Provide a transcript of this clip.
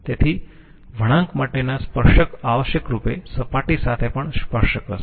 તેથી વળાંક માટેના સ્પર્શક આવશ્યકરૂપે સપાટી સાથે પણ સ્પર્શક હશે